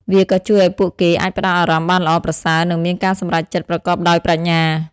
វាក៏ជួយឱ្យពួកគេអាចផ្តោតអារម្មណ៍បានល្អប្រសើរ និងមានការសម្រេចចិត្តប្រកបដោយប្រាជ្ញា។